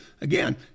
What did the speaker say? Again